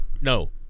No